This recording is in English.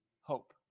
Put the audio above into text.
hope